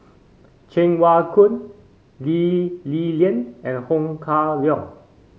Cheng Wai Keung Lee Li Lian and Ho Kah Leong